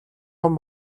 том